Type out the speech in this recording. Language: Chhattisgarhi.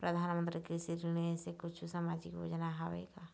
परधानमंतरी कृषि ऋण ऐसे कुछू सामाजिक योजना हावे का?